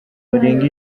barenga